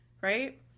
right